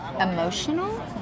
Emotional